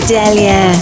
Delia